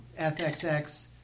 FXX